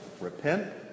repent